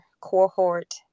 cohort